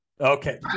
okay